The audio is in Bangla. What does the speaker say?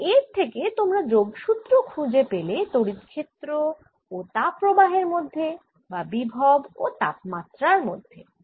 তাহলে এর থেকে তোমরা যোগসূত্র খুঁজে পেলে তড়িৎ ক্ষেত্র ও তাপ প্রবাহের মধ্যে বা বিভব ও তাপমাত্রার মধ্যে